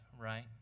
right